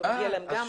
מגיע להם גם.